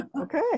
Okay